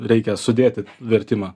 reikia sudėti vertimą